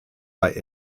bei